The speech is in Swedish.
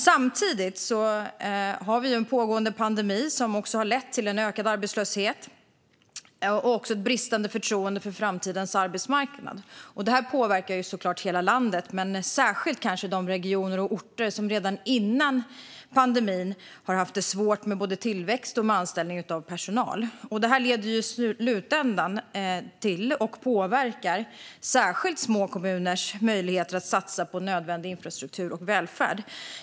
Samtidigt har vi en pågående pandemi som har lett till en ökad arbetslöshet och också ett bristande förtroende för framtidens arbetsmarknad. Det här påverkar såklart hela landet men kanske särskilt de regioner och orter som redan före pandemin har haft det svårt med både tillväxt och anställning av personal. Det här påverkar särskilt små kommuners möjligheter att satsa på nödvändig infrastruktur och välfärd.